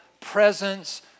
presence